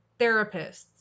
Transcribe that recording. therapists